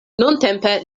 nuntempe